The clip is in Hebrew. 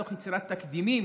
תוך יצירת תקדימים